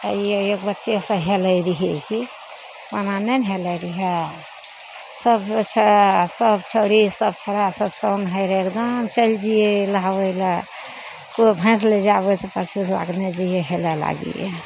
हइये एक बच्चेसँ हेलय रहियइ की ओना नहि ने हेलय रहियइ सब छौड़ा सब छौड़ी सब छोड़ा सब सङ्ग होइ रहय एकदम चलि जइयइ नहबय लए कोइ भैंस ले जाबय तऽ पाछू ओकरा केने जाइयै हेलय लागियै